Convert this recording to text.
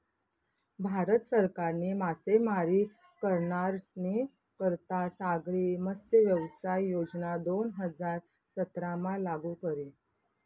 भारत सरकारनी मासेमारी करनारस्नी करता सागरी मत्स्यव्यवसाय योजना दोन हजार सतरामा लागू करी